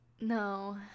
no